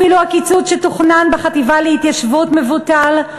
אפילו הקיצוץ שתוכנן בחטיבה להתיישבות מבוטל.